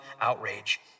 outrage